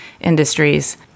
industries